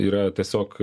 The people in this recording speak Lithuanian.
yra tiesiog